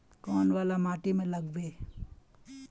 कौन वाला माटी में लागबे?